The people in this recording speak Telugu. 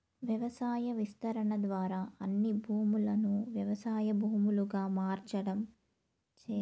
వ్యవసాయ విస్తరణ ద్వారా అన్ని భూములను వ్యవసాయ భూములుగా మార్సటం చేస్తారు